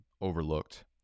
Overlooked